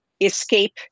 escape